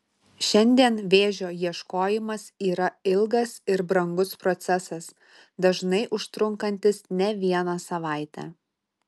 šiandien vėžio ieškojimas yra ilgas ir brangus procesas dažnai užtrunkantis ne vieną savaitę